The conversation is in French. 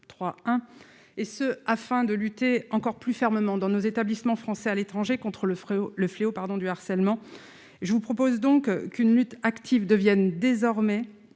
3 1 et ce afin de lutter encore plus fermement dans nos établissements français à l'étranger contre le frère, le fléau, pardon, du harcèlement je vous propose donc qu'une lutte active deviennent désormais